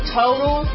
total